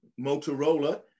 Motorola